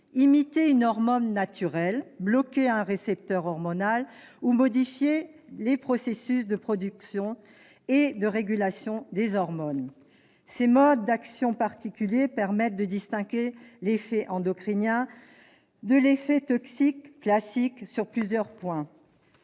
imiter une hormone naturelle, bloquer un récepteur hormonal ou modifier les processus de production et de régulation des hormones. Ces modes d'action particuliers permettent de distinguer l'effet endocrinien de l'effet toxique « classique » sur plusieurs points.